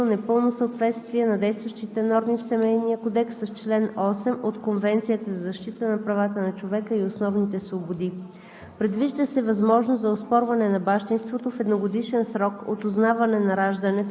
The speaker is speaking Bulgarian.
постановени по жалби срещу България и имат за цел отстраняване на констатирано непълно съответствие на действащите норми в Семейния кодекс с чл. 8 от Конвенцията за защита на правата на човека и основните свободи.